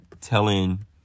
telling